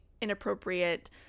inappropriate